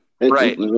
Right